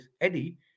Eddie